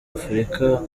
afurika